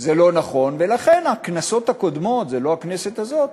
זה לא נכון, ולכן בכנסות הקודמות, לא הכנסת הזאת,